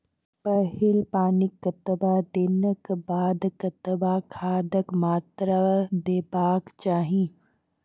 पहिल पानिक कतबा दिनऽक बाद कतबा खादक मात्रा देबाक चाही?